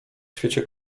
świecie